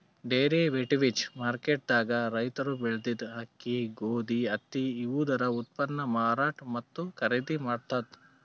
derivatives market ದಾಗ್ ರೈತರ್ ಬೆಳೆದಿದ್ದ ಅಕ್ಕಿ ಗೋಧಿ ಹತ್ತಿ ಇವುದರ ಉತ್ಪನ್ನ್ ಮಾರಾಟ್ ಮತ್ತ್ ಖರೀದಿ ಮಾಡ್ತದ್